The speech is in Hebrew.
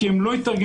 כי הם לא התארגנו,